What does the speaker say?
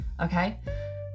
Okay